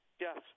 Yes